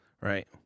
Right